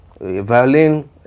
Violin